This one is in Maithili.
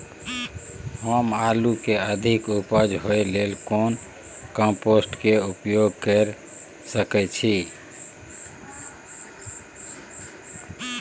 हम आलू के अधिक उपज होय लेल कोन कम्पोस्ट के उपयोग कैर सकेत छी?